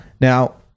Now